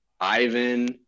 ivan